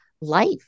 life